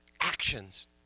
actions